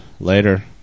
later